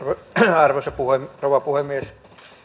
arvoisa rouva puhemies